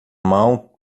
mão